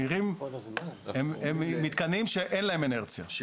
הם מתקנים שאין להם אינרציה.